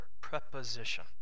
preposition